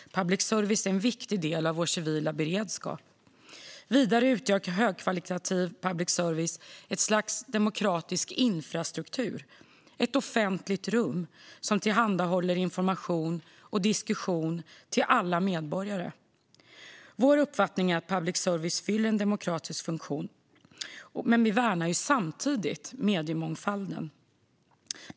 Public service är en viktig del av vår civila beredskap. Vidare utgör högkvalitativ public service ett slags demokratisk infrastruktur - ett offentligt rum som tillhandahåller information och diskussion till alla medborgare. Vår uppfattning är att public service fyller en demokratisk funktion, men vi värnar samtidigt mediemångfalden.